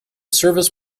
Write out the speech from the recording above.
service